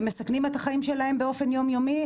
הם מסכנים את החיים שלהם באופן יום-יומי,